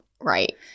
Right